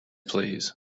please